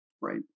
Right